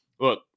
look